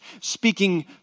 speaking